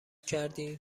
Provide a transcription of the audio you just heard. کردی